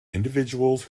individuals